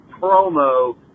promo